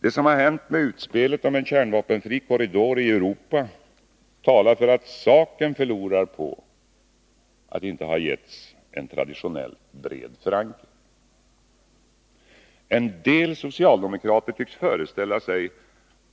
Det som har hänt med utspelet om en kärnvapenfri korridor i Europa talar för att saken förlorar på att den inte har getts en traditionell, bred förankring. En del socialdemokrater tycks föreställa sig